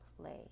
play